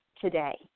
today